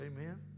Amen